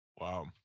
wow